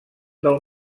del